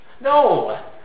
No